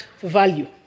value